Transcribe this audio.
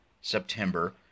September